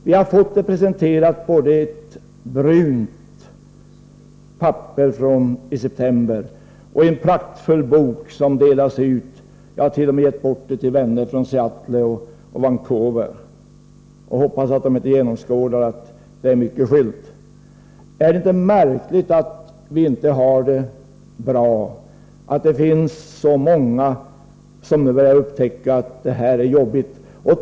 Vi har fått det presenterat både i ett brunt papper från i september och i en praktfull bok som delats ut. Jag hart.o.m. givit bort den till vänner från Seattle och Vancouver och hoppas att de inte genomskådar att den i mycket bara är en skylt. Är det inte märkligt att vi inte har det bra, att det finns så många som nu börjar upptäcka att det är jobbigt här?